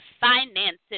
finances